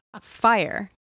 fire